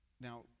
now